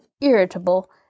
irritable